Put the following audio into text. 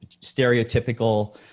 stereotypical